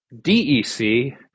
DEC